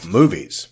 Movies